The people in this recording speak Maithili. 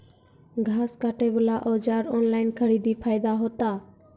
घास काटे बला औजार ऑनलाइन खरीदी फायदा होता?